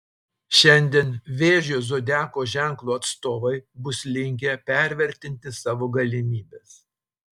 šiandien vėžio zodiako ženklo atstovai bus linkę pervertinti savo galimybes